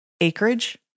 acreage